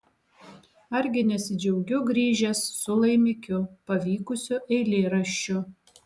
argi nesidžiaugiu grįžęs su laimikiu pavykusiu eilėraščiu